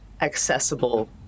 accessible